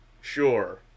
Sure